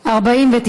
2017,